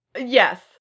Yes